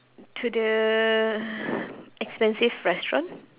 to the expensive restaurant